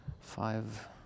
Five